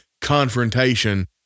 confrontation